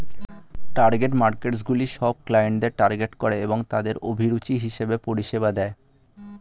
target মার্কেটসগুলি সব ক্লায়েন্টদের টার্গেট করে এবং তাদের অভিরুচি হিসেবে পরিষেবা দেয়